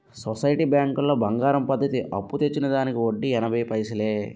society బ్యాంకులో బంగారం పద్ధతి అప్పు తెచ్చిన దానికి వడ్డీ ఎనభై పైసలే